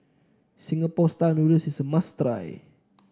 Singapore style noodles is a must try